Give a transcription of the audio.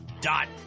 dot